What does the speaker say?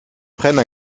prennent